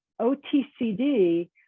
OTCD